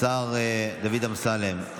השר דוד אמסלם,